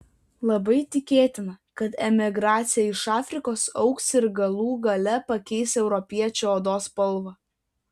labai tikėtina kad emigracija iš afrikos augs ir galų gale pakeis europiečių odos spalvą